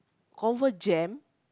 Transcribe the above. confirm jam